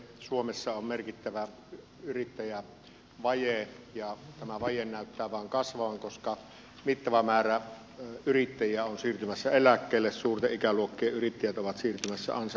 suomessa on merkittävä yrittäjävaje ja tämä vaje näyttää vain kasvavan koska mittava määrä yrittäjiä suurten ikäluokkien yrittäjät on siirtymässä ansaitulle eläkkeelle